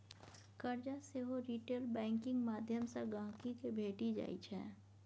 करजा सेहो retail banking माध्यमसँ गांहिकी केँ भेटि जाइ छै